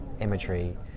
imagery